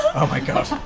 oh my god.